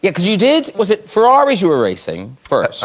yeah because you did was it ferraris you were racing first?